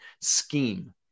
scheme